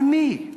על מי?